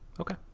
Okay